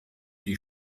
die